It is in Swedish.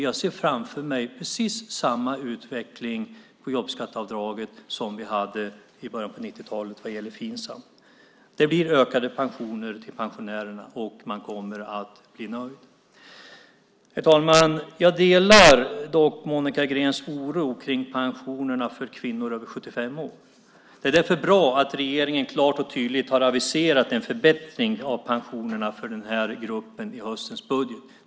Jag ser framför mig precis samma utveckling på jobbskatteavdraget som vi hade i början på 90-talet genom Finsam. Det blir ökade pensioner för pensionärerna, och man kommer att bli nöjd. Herr talman! Jag delar dock Monica Greens oro över pensionerna för kvinnor över 75 år. Det är därför bra att regeringen klart och tydligt har aviserat en förbättring av pensionerna för denna grupp i höstens budget.